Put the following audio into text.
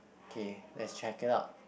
okay let's check it out